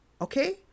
Okay